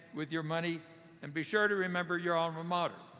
with your money and be sure to remember your alma mater.